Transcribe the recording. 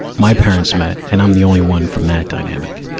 my parents met, and i'm the only one from that dynamic,